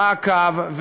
מעקב,